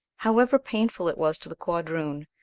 however painful it was to the quadroon,